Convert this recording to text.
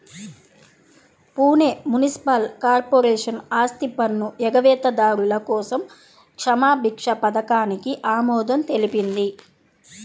Pune municipal corporation ఆస్తిపన్ను ఎగవేతదారుల కోసం క్షమాభిక్ష పథకానికి ఆమోదం తెలిపింది